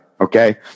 Okay